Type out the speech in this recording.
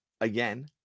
again